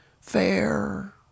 fair